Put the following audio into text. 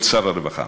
להיות שר הרווחה.